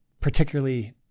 particularly